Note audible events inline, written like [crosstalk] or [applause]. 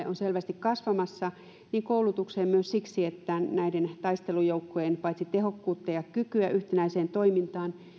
[unintelligible] on selvästi kasvamassa paitsi siviilikriisinhallinnalle myös koulutukselle siksi että näiden taistelujoukkojen paitsi tehokkuutta ja kykyä yhtenäiseen toimintaan